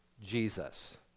Jesus